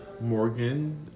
Morgan